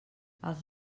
els